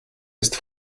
ist